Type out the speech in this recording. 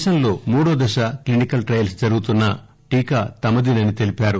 దేశంలో మూడో దశ క్లినికల్ ట్రయల్స్ జరుగుతున్న టీకా తమదేనని తెలిపారు